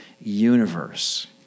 universe